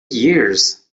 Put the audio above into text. years